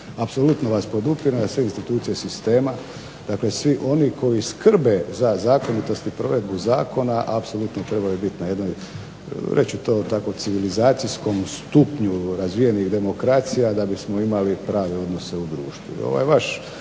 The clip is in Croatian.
Apsolutno vas podupirem da sve institucije sistema, dakle svi oni koji skrbe za zakonitost i provedbu zakona apsolutno trebaju biti na jednoj, reći ću to tako civilizacijskom stupnju razvijenih demokracija da bismo imali prave odnose u društvu.